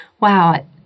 wow